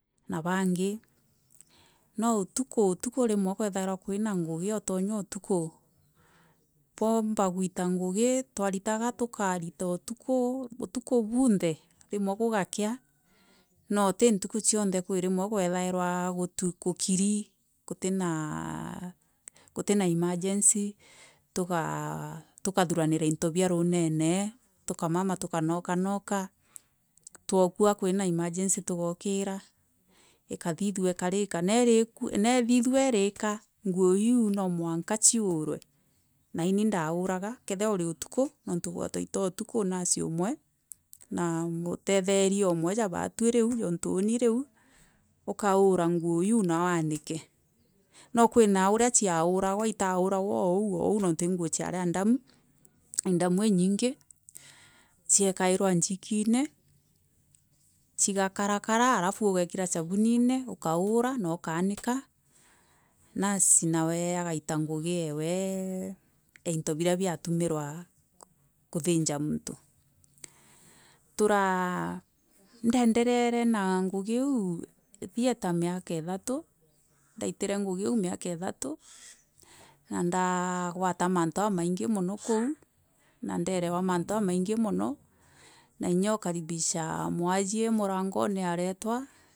Na bangi no ûtûkû rimwe ikwethairwa kwina ngûgi otonya ûtûkû bwaûmba kûrita ngûgi, twariraga tûkarita istisikû bûnthe rimwe kiigakea no ti ntwiko aonthe kwirimwe kwathagirwa kûkiiri naa kûtina emergency tûkathiranira intobia rûnene rûkamama tûkanokanoka twaûkirisa kwina emagency tûkokira ikathithia ikarika na irikûa na ithithisa erika ngûo iû no mwanka aûrwe na ini ndaûraga kethira ûri ûtûkû nontû twaitaga ûtûkik nasi ûmwe na mûthetheria ûmwe ja batwi riû yontû ûni riû ûkaûra ngûo iû na wanike no kwina ûria chaûragwa itaûragwa oû oû nontû i ngûo chiari a ndamû a infamû inyingi icia ikairwa njikine chigakara kara alafû ûgekira cabûnirie ûkaûra na ûkanika, nûrse nawa akaita ngûgi ewe ya into bira bia tûmirwa kûthinja mûntû. Tûraa indenderiere na ngûgi iû thieta miaka ithatû indairire ngûgi iû miaka ithatû na ndagwara maritû jamaingi mûno koû na nderewa mantû jamûaingi mono koû na inya ûkaribisha mwasie mûrangone arefwa.